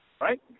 right